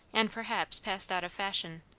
and perhaps passed out of fashion.